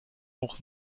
auch